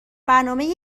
برنامه